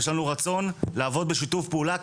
ויש לנו רצון לעבוד בשיתוף פעולה,